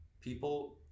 people